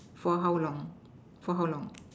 for how long for how long